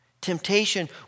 Temptation